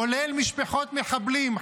כולל משפחות מחבלים,